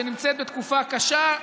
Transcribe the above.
שנמצאת בתקופה קשה,